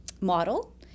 model